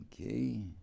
Okay